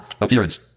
Appearance